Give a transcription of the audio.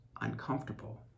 uncomfortable